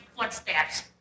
footsteps